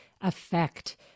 effect